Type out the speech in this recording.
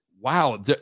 wow